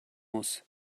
muss